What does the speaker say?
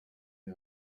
ari